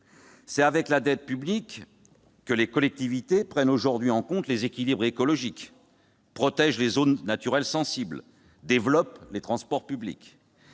C'est avec la dette publique que les collectivités territoriales prennent aujourd'hui en compte les équilibres écologiques, protègent les zones naturelles sensibles, développent les transports publics.